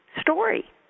story